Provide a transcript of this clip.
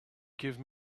give